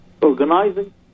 organizing